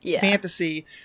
fantasy